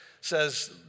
says